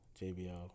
jbl